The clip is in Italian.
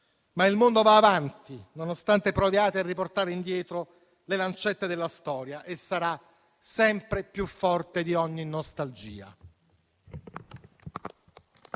Il mondo, però, va avanti, nonostante voi proviate a riportare indietro le lancette della storia, e sarà sempre più forte di ogni nostalgia.